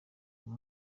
uyu